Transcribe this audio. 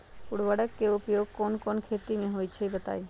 उर्वरक के उपयोग कौन कौन खेती मे होई छई बताई?